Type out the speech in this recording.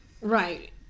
Right